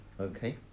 Okay